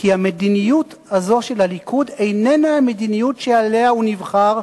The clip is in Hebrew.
כי המדיניות הזאת של הליכוד אינה המדיניות שעליה הוא נבחר,